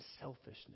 selfishness